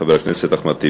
חבר הכנסת אחמד טיבי,